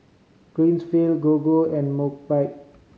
Greenfield Gogo and Mobike